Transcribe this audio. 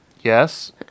Yes